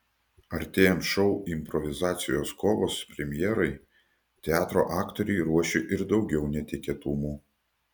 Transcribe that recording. artėjant šou improvizacijos kovos premjerai teatro aktoriai ruošia ir daugiau netikėtumų